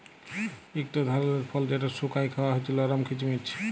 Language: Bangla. ইকট ধারালের ফল যেট শুকাঁয় খাউয়া হছে লরম কিচমিচ